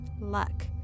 Luck